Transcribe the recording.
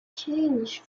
change